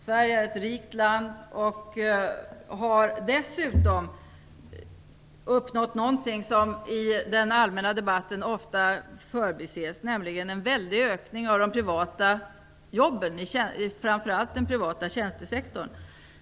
Sverige är ett rikt land och har dessutom uppnått någonting som ofta förbises i den allmänna debatten, nämligen en väldig ökning av de privata jobben i framför allt den privata tjänstesektorn.